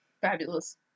Fabulous